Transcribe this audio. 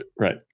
right